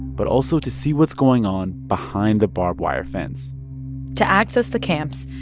but also to see what's going on behind the barbed wire fence to access the camps,